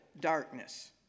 darkness